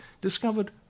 discovered